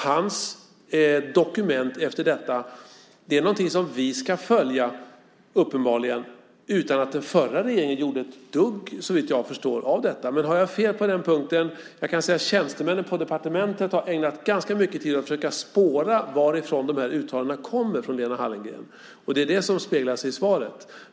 Hans dokument är någonting som vi uppenbarligen ska följa utan att den förra regeringen gjorde ett dugg av detta, såvitt jag förstår. Jag kan ha fel på den punkten. Jag kans säga att tjänstemän på departementet har ägnat ganska mycket tid åt att försöka spåra varifrån de här uttalandena från Lena Hallengren kommer. Det är det som speglar sig i svaret.